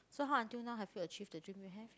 so how until now have you achieve the dream you have yet